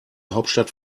hauptstadt